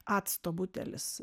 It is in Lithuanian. acto butelis